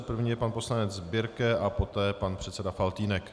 První je pan poslanec Birke a poté pan předseda Faltýnek.